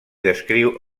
descriu